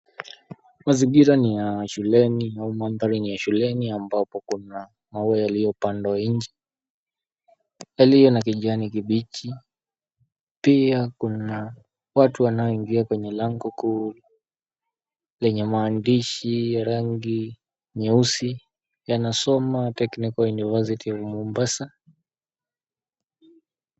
Mazingira ni ya shuleni, au mandhari ni ya shuleni. Ambapo kuna maua yaliyopandwa nje, yaliyona kijani kibichi. Pia kuna watu wanaoingia kwenye lango kuu, lenye maandishi rangi nyeusi. Yanasoma, Technical University of Mombasa.